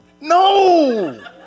No